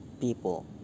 people